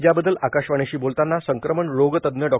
या बद्दल आकाशवाणीशी बोलताना संक्रमन रोग तज्ञ डॉ